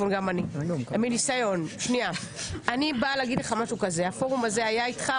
אני באה להגיד לך משהו כזה: הפורום הזה היה איתך,